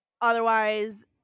Otherwise